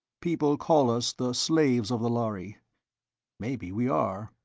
people call us the slaves of the lhari maybe we are,